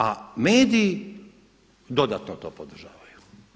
A mediji dodatno to podržavaju.